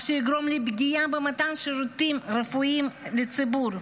מה שיגרום לפגיעה במתן שירותים רפואיים לציבור,